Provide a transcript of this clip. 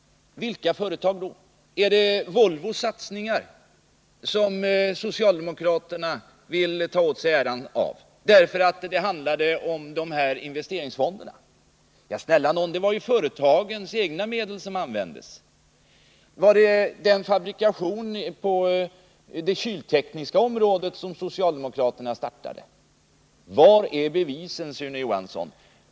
Vilka företag då? Är det Volvos satsningar som socialdemokraterna vill ta åt sig äran av, därför att det handlade om investeringsfonderna? Ja, snälla nån, det var ju företagens egna medel som användes. Var det fabrikationen på det kyltekniska området som socialdemokraterna startade? Var är bevisen, Sune Johansson?